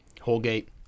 Holgate